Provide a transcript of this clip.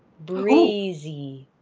breezy